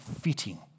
fitting